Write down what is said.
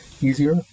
easier